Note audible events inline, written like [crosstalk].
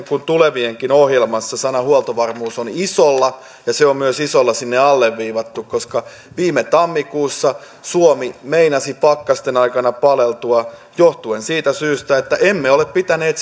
[unintelligible] kuin tulevienkin hallitusten ohjelmassa sana huoltovarmuus on isolla ja se on myös isolla sinne alleviivattu koska viime tammikuussa suomi meinasi pakkasten aikana paleltua johtuen siitä että emme ole pitäneet [unintelligible]